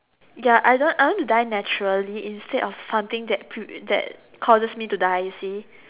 ya I don't I want to die naturally instead of something that that causes me to die you see